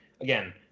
Again